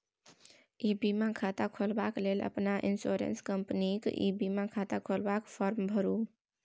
इ बीमा खाता खोलबाक लेल अपन इन्स्योरेन्स कंपनीक ई बीमा खाता खोलबाक फार्म भरु